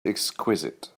exquisite